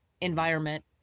environment